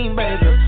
baby